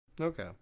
Okay